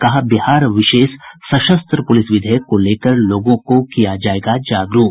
कहा बिहार विशेष सशस्त्र पुलिस विधेयक को लेकर लोगों को किया जायेगा जागरूक